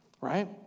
right